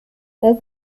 all